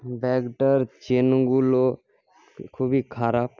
ব্যাগটার চেনগুলো খুবই খারাপ